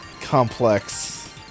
complex